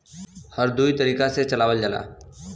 हर दुई तरीके से चलावल जाला